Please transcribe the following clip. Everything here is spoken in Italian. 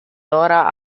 ora